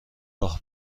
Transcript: راه